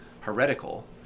heretical